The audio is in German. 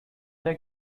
der